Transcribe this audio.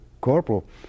corporal